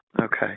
Okay